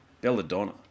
Belladonna